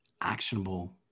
actionable